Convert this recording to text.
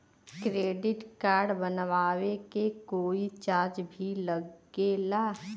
Credit card बनवावे के कोई चार्ज भी लागेला?